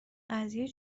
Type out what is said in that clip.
قضیه